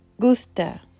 gusta